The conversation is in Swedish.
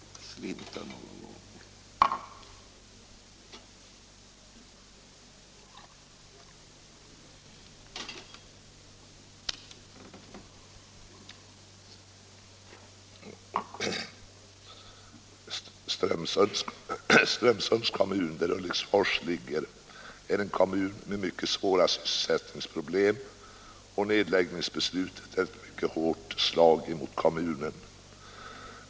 Strömsunds kommun, där Ulriksfors ligger, har mycket svåra sysselsättningsproblem, och nedläggningshotet är ett mycket hårt slag mot kommunen.